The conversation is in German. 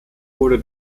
wurde